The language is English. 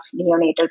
neonatal